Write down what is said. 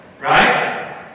Right